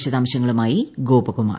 വിശദാംശങ്ങളുമായി ഗോപകുമാർ